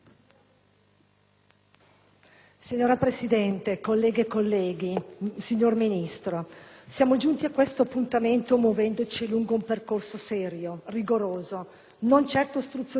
Signora Presidente, onorevoli colleghe e colleghi, signor Ministro, siamo giunti a questo appuntamento muovendoci lungo un percorso serio, rigoroso, non certo ostruzionistico da parte del nostro Gruppo;